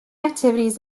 activities